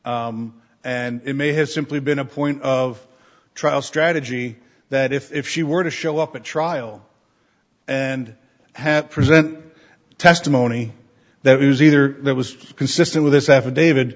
and it may have simply been a point of trial strategy that if she were to show up at trial and have present testimony that is either that was consistent with this